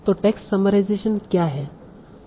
तो text summarization क्या है